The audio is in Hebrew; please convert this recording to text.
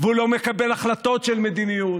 והוא לא מקבל החלטות של מדיניות,